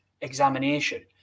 examination